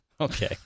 Okay